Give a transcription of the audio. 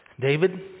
David